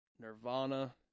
Nirvana